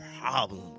problem